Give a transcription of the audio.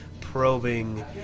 probing